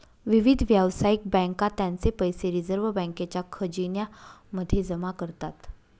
विविध व्यावसायिक बँका त्यांचे पैसे रिझर्व बँकेच्या खजिन्या मध्ये जमा करतात